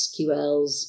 SQLs